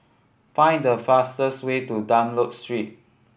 find the fastest way to Dunlop Street